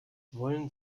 wollen